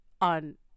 on